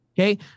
Okay